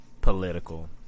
political